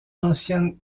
ancienne